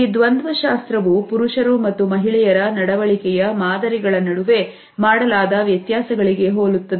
ಈ ದ್ವಂದ್ವ ಶಾಸ್ತ್ರವು ಪುರುಷರು ಮತ್ತು ಮಹಿಳೆಯರ ನಡವಳಿಕೆಯ ಮಾದರಿಗಳ ನಡುವೆ ಮಾಡಲಾದ ವ್ಯತ್ಯಾಸಗಳಿಗೆ ಹೋಲುತ್ತದೆ